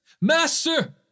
Master